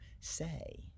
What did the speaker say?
say